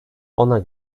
ona